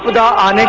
da